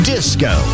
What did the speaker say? Disco